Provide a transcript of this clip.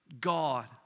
God